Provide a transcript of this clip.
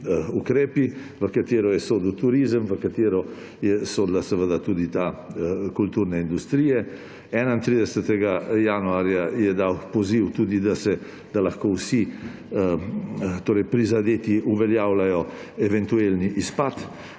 ukrepi, v katere je sodil turizem, v katere je sodila tudi ta kulturna industrija. 31. januarja je dal poziv tudi, da lahko vsi prizadeti uveljavljajo eventualni izpad